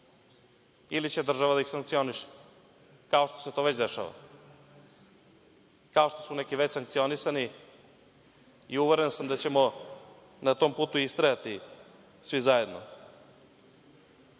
ili će država da ih sankcioniše, kao što se to već dešava, kao što su već neki sankcionisani. Uveren sam da ćemo na tom putu istrajati svi zajedno. Naše